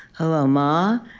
hello, ma?